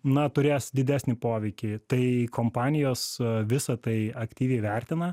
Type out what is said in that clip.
na turės didesnį poveikį tai kompanijos visa tai aktyviai vertina